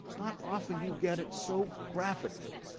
not often you get it so graphically,